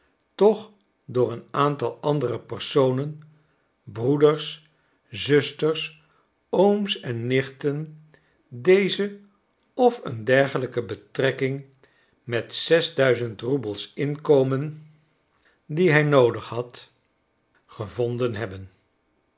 toch door een aantal andere personen broeders zusters ooms en nichten deze of een dergelijke betrekking met zes duizend roebels inkomen die hij noodig had gevonden hebben